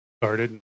started